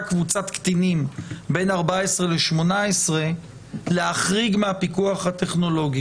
קבוצת קטינים בין 14 ל-18 מהפיקוח הטכנולוגי.